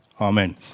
amen